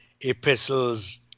epistles